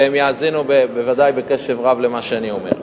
והם יאזינו בוודאי בקשב רב למה שאני אומר.